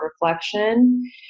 reflection